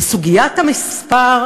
וסוגיית המספר,